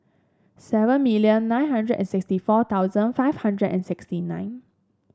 seven million nine hundred and sixty four thousand five hundred and sixty nine